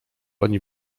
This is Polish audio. oni